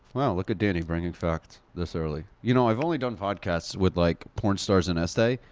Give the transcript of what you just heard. wow, look at danny bringing facts this early. you know, i've only done podcasts with, like, porn stars and estee.